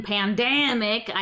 Pandemic